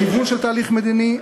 לכיוון של תהליך מדיני,